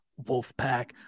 Wolfpack